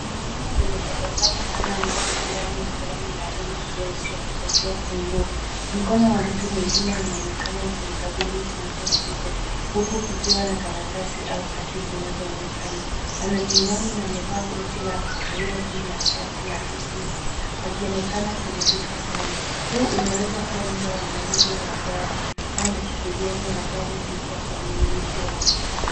Mwanamume mwenye tabasamu pana ameketi ndani ya gari la rangi jeusi akipokea funguo mkono wa mtu mwingine unaonekana ukimkabidhi funguo hizo huku kukiwa na karatasi au hati zinazoonekana ana miwani na amevaa koti la kahawia juu ya shati la kijivu akionekana kuridhika sana huu unaweza kua muda wa mauzo ya gari au makabidhiano ya gari jipya kwa mumiliki wake.